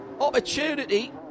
opportunity